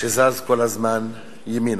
שזז כל הזמן ימינה.